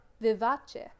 vivace